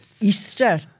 Easter